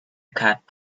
cap